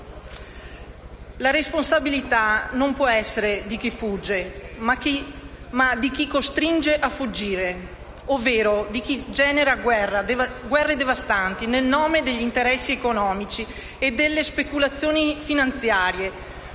La responsabilità non può essere di chi fugge, ma di chi costringe a fuggire, ovvero di chi genera guerre devastanti nel nome degli interessi economici e delle speculazioni finanziarie,